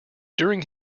during